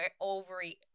ovary